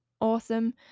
awesome